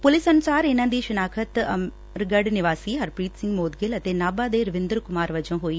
police ਅਨੁਸਾਰ ਇਨਾਂ ਦੀ ਸ਼ਨਾਖਤ ਅਮਰਗੜ੍ ਨਿਵਾਸੀ ਹਰਪ੍ਰੀਤ ਸਿੰਘ ਮੋਦਗਿੱਲ ਅਤੇ ਨਾਭਾ ਦੇ ਰਵਿੰਦਰ ਕੁਮਾਰ ਵਜੋਂ ਹੋਈ